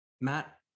Matt